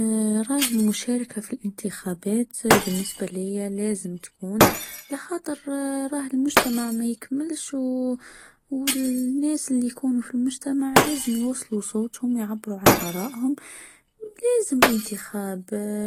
آ أراه المشاركة في الإنتخابات بالنسبة ليا لازم لخاطر رآه المجتمع ميكملش والناس اللي يكونوا في المجتمع لازم يوصلوا صوتهم يعبروا عن آرائهم لازم الإنتخاب